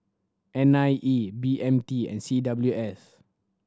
N I E B M T and C W S